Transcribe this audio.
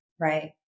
Right